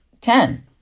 ten